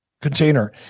container